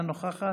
אינה נוכחת,